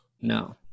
No